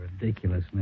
ridiculous